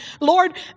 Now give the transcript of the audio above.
Lord